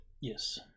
Yes